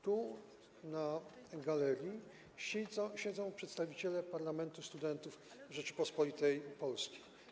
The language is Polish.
Tu na galerii siedzą przedstawiciele Parlamentu Studentów Rzeczypospolitej Polskiej.